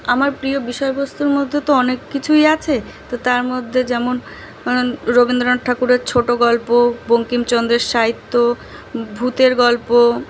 আমার প্রিয় বিষয়বস্তুর মধ্যে তো অনেক কিছুই আছে তো তার মধ্যে যেমন রবীন্দ্রনাথ ঠাকুরের ছোট গল্প বঙ্কিমচন্দ্রের সাহিত্য ভূতের গল্প